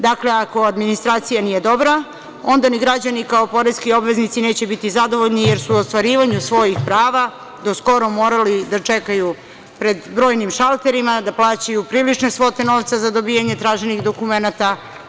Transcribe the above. Dakle, ako administracija nije dobra, onda ni građani kao poreski obveznici neće biti zadovoljni, jer su u ostvarivanju svojih prava do skoro morali da čekaju pred brojnim šalterima, da plaćaju prilične svote novca za dobijanje traženih dokumenata.